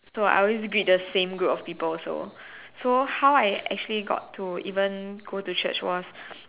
so I would always meet the same group of people so so how I actually got to even go to church was